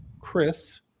Chris